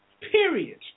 Period